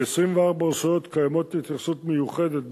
ב-24 רשויות קיימת התייחסות מיוחדת,